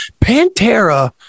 Pantera